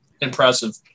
impressive